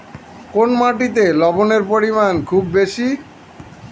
কোন মাটিতে লবণের পরিমাণ খুব বেশি?